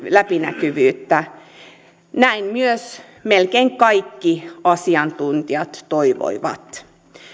läpinäkyvyyttä näin myös melkein kaikki asiantuntijat toivoivat